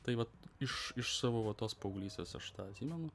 tai vat iš iš savo va tos paauglystės aš tą atsimenu